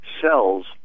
cells